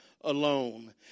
alone